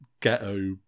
ghetto